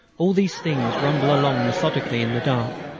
all these things rumble along methodically in the dark,